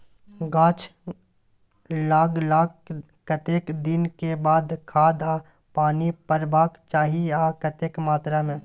गाछ लागलाक कतेक दिन के बाद खाद आ पानी परबाक चाही आ कतेक मात्रा मे?